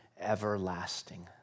everlasting